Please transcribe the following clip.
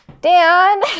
Dan